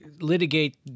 litigate